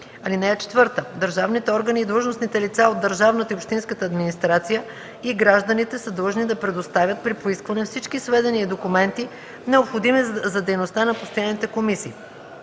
съюз. (4) Държавните органи и длъжностните лица от държавната и общинската администрация и гражданите са длъжни да предоставят при поискване всички сведения и документи, необходими за дейността на постоянните комисии.